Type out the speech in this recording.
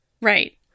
Right